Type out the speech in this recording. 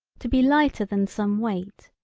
to be lighter than some weight,